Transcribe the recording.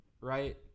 right